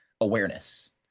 awareness